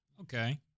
Okay